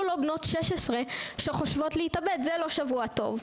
לא בנות 16 שחושבות להתאבד - זה לא שבוע טוב.